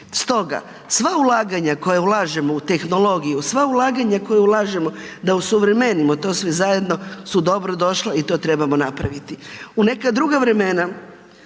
Stoga, sva ulaganja koja ulažemo u tehnologiju, sva ulaganja koja ulažemo da osuvremenimo to sve zajedno su dobro došla i to trebamo napraviti. U neka druga vremena,